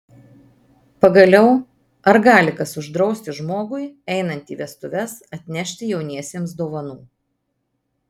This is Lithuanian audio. pagaliau ar gali kas uždrausti žmogui einant į vestuves atnešti jauniesiems dovanų